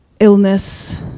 illness